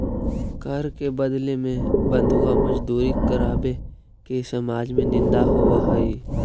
कर के बदले में बंधुआ मजदूरी करावे के समाज में निंदा होवऽ हई